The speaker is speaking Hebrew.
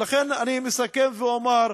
ולכן אני מסכם ואומר: